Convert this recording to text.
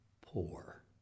poor